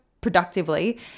productively